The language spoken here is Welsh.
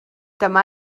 dyma